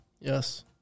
Yes